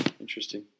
Interesting